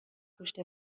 پشت